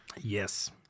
Yes